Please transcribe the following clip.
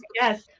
yes